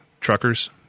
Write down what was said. truckers